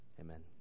Amen